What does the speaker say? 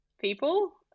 people